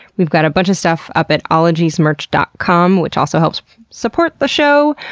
we've got a bunch of stuff up at ologiesmerch dot com, which also helps support the show.